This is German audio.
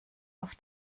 auf